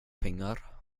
pengar